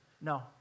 No